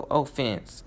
offense